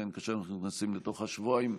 כאשר אנחנו נכנסים לתוך השבועיים,